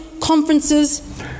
conferences